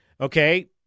okay